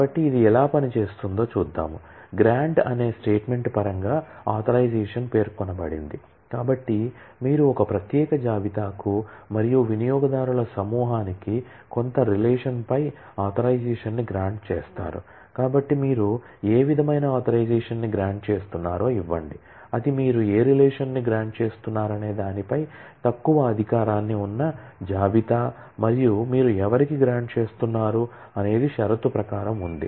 కాబట్టి ఇది ఎలా పనిచేస్తుందో చూద్దాం గ్రాంట్ చేస్తున్నారు అనేది షరతు ప్రకారం ఉంది